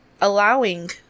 allowing